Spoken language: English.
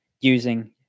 using